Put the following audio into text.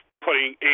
putting